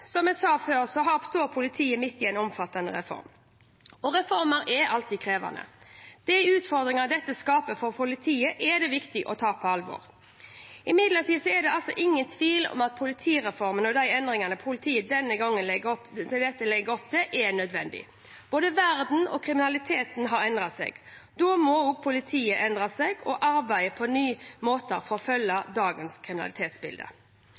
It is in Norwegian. Som jeg sa, står politiet midt i en omfattende reform, og reformer er alltid krevende. De utfordringene dette skaper for politiet, er det viktig å ta på alvor. Imidlertid er det ingen tvil om at politireformen og de endringene i politiet den legger opp til, er nødvendig. Både verden og kriminaliteten har endret seg – da må også politiet endre seg og arbeide på nye måter for å møte dagens kriminalitetsbilde.